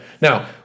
now